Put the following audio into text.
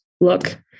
look